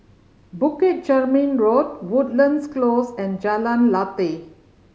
Bukit Chermin Road Woodlands Close and Jalan Lateh